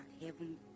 heaven